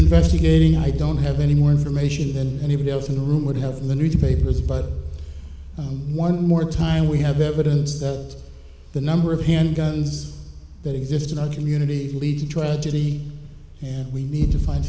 investigating i don't have any more information than anybody else in the room would have the newspapers but one more time we have evidence that the number of handguns that exist in our community lead to tragedy yeah we need to find